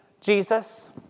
Jesus